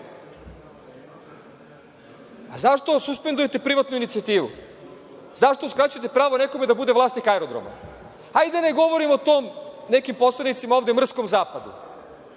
Zašto suspendujete privatnu inicijativu? Zašto uskraćujete pravo nekome da bude vlasnik aerodroma? Hajde da ne govorimo o tom, nekim poslanicima ovde, mrskom zapadu.